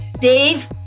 Dave